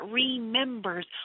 remembers